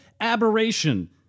aberration